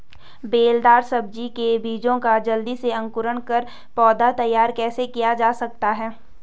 बेलदार सब्जी के बीजों का जल्दी से अंकुरण कर पौधा तैयार कैसे किया जा सकता है?